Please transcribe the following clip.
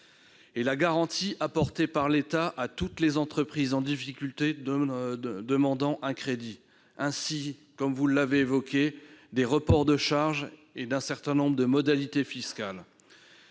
la garantie apportée par l'État à toutes les entreprises en difficulté demandant un crédit et des reports de charges et d'un certain nombre de modalités fiscales.